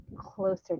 closer